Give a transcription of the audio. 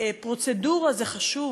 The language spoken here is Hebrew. פרוצדורה זה חשוב,